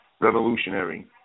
revolutionary